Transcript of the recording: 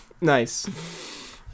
Nice